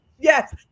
yes